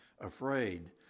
afraid